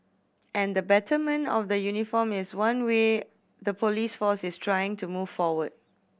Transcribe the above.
and the betterment of the uniform is one way the police force is trying to move forward